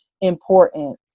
important